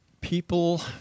people